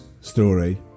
story